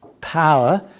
power